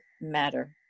matter